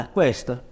Questo